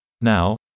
Now